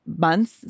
months